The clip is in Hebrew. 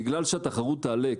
בגלל שהתחרות תעלה,